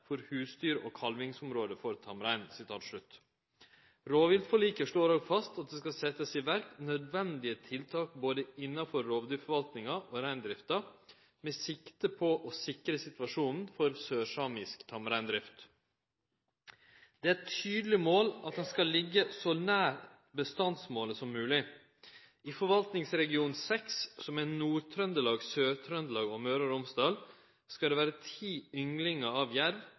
for husdyr og kalvingsområde for tamrein.» Rovviltforliket slår òg fast at det skal setjast i verk nødvendige tiltak, både innanfor rovdyrforvaltninga og reindrifta, med sikte på å sikre situasjonen for sørsamisk tamreindrift. Det er eit tydeleg mål at ein skal liggje så nær bestandsmålet som mogleg. I forvaltningsregion 6, som er Nord-Trøndelag, Sør-Trøndelag og Møre og Romsdal, skal det vere 10 ynglingar av